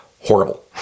horrible